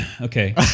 Okay